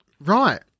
Right